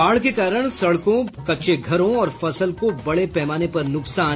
बाढ़ के कारण सड़कों कच्चे घरों और फसल को बड़े पैमाने पर नुकसान